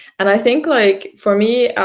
and i think, like for me,